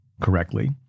correctly